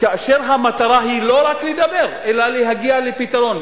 כאשר המטרה היא לא רק לדבר אלא להגיע לפתרון,